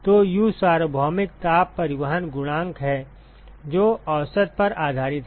तो U सार्वभौमिक ताप परिवहन गुणांक है जो औसत पर आधारित है